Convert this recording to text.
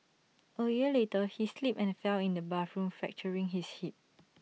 A year later he slipped and fell in the bathroom fracturing his hip